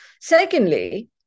secondly